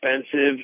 expensive